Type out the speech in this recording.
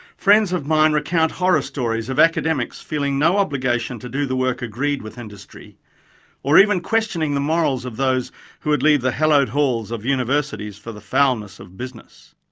friends of mine recount horror stories of academics feeling no obligation to do the work agreed with industry or even questioning the morals of those who would leave the hallowed halls of universities for the foulness of business.